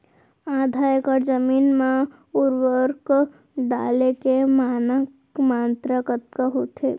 आधा एकड़ जमीन मा उर्वरक डाले के मानक मात्रा कतका होथे?